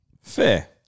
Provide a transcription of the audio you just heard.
Fair